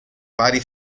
vari